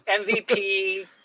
MVP